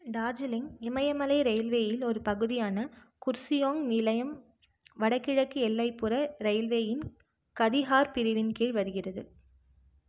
டார்ஜிலிங் இமயமலை ரயில்வேயில் ஒரு பகுதியான குர்சியோங் நிலையம் வடகிழக்கு எல்லைப்புற ரயில்வேயின் கதிஹார் பிரிவின் கீழ் வருகிறது